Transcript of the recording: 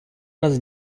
раз